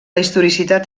historicitat